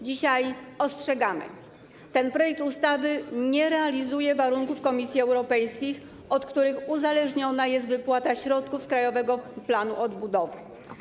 Dzisiaj ostrzegamy, że ten projekt ustawy nie realizuje warunków Komisji Europejskiej, od których uzależniona jest wypłata środków z Krajowego Planu Odbudowy.